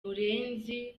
murenzi